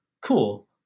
cool